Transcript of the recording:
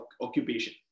occupation